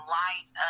light